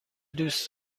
دوست